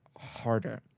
harder